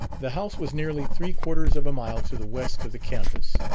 the house was nearly three-quarters of a mile to the west of the campus,